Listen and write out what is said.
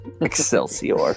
Excelsior